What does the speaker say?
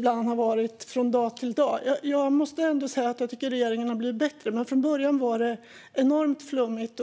flummet från dag till dag som det ibland har varit. Jag måste ändå säga att regeringen har blivit bättre, men från början var det enormt flummigt.